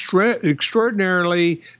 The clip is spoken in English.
extraordinarily